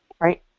right